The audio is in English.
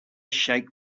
shake